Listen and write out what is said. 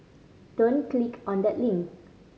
don't click on that link